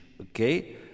Okay